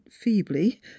feebly